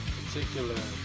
particular